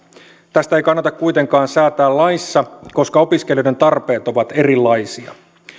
tästä ei kannata kuitenkaan säätää laissa koska opiskelijoiden tarpeet ovat erilaisia